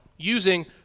using